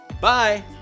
Bye